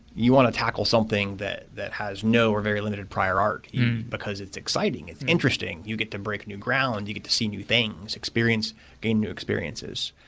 you want to tackle something that that has no or very limited hierarchy because it's exciting. it's interesting. you get to break new ground. you get to see new things. gain new experiences.